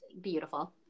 beautiful